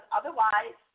otherwise